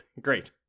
great